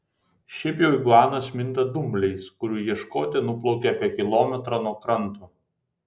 šiaip jau iguanos minta dumbliais kurių ieškoti nuplaukia apie kilometrą nuo kranto